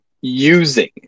using